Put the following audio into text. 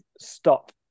stop